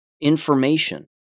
information